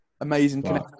Amazing